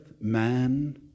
man